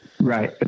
right